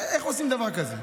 איך עושים דבר כזה?